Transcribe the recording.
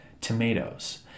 tomatoes